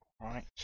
right